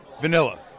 vanilla